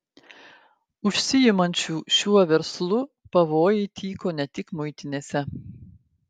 užsiimančių šiuo verslu pavojai tyko ne tik muitinėse